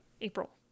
April